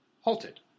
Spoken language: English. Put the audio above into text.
halted